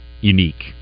unique